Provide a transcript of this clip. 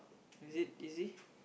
is it easy